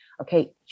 okay